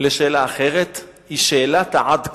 לשאלה אחרת, היא שאלת עד כמה.